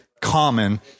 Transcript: common